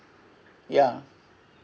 ya